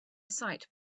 sight